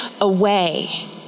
away